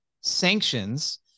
sanctions